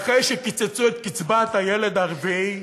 ואחרי שקיצצו את קצבת הילד הרביעי